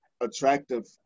attractive